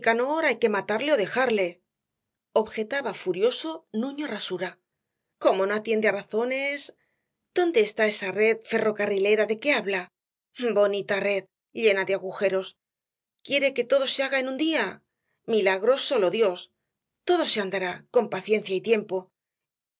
hay que matarle ó dejarle objetaba furioso nuño rasura como no atiende á razones dónde está esa red ferrocarrilera de que habla bonita red llena de agujeros quiere que todo se haga en un día milagros sólo dios todo se andará con paciencia y tiempo